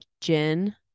gin